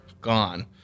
gone